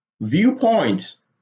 viewpoints